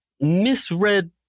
misread